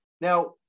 Now